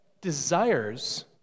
desires